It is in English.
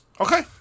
Okay